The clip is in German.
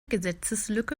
gesetzeslücke